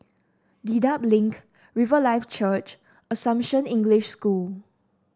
Dedap Link Riverlife Church Assumption English School